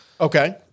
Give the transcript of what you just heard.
Okay